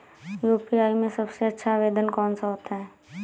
UPI में सबसे अच्छा आवेदन कौन सा होता है?